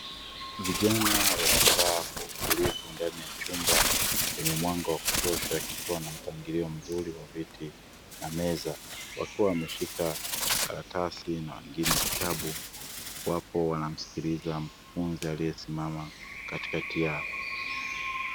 Vijana wamekaa kwa utulivu ndani ya chumba chenye mwanga wa kutosha, kikiwa na mpangilio mzuri wa viti na meza. Wakiwa wameshika karatasi na wengine vitabu, wapo wanamsikiliza mkufunzi aliyesimama katikati yao.